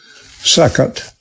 Second